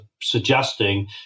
suggesting